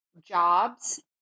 jobs